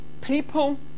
people